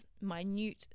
minute